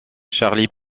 charlie